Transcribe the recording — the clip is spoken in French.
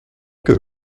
que